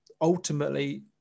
ultimately